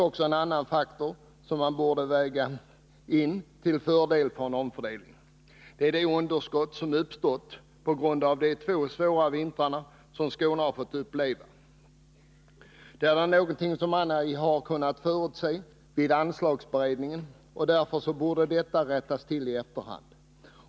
Också en annan faktor bör vägas in i sammanhanget, nämligen det underskott som uppkommit på grund av de två svåra vintrar som Skåne fått uppleva. Detta är någonting som man ej har kunnat förutse vid anslagsberedningen, och det borde därför rättas till i efterhand.